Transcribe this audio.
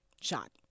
shot